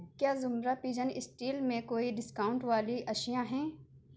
کیا زمرہ Pigeon steel میں کوئی ڈسکاؤنٹ والی اشیاں ہیں